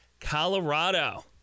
Colorado